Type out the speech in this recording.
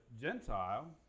Gentile